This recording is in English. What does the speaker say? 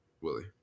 Willie